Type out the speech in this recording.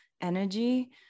energy